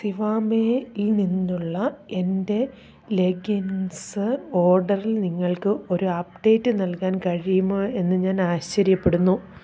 സിവാമേ ഇ നിന്നുള്ള എൻ്റെ ലെഗ്ഗിങ്സ് ഓർഡറിൽ നിങ്ങൾക്ക് ഒരു അപ്ഡേറ്റ് നൽകാൻ കഴിയുമോ എന്ന് ഞാൻ ആശ്ചര്യപ്പെടുന്നു